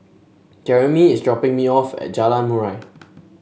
Jermey is dropping me off at Jalan Murai